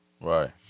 Right